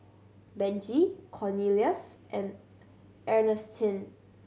Benji Cornelious and Ernestine